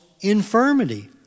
infirmity